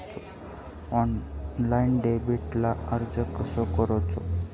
Online डेबिटला अर्ज कसो करूचो?